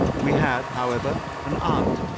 we had, however, an aunt,